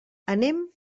anem